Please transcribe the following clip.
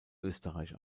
österreich